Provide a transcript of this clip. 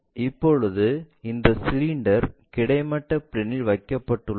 இப்போது இந்த சிலிண்டர் கிடைமட்ட பிளேன்இல் வைக்கப்பட்டுள்ளது